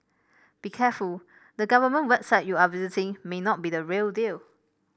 be careful the government website you are visiting may not be the real deal